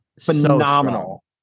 Phenomenal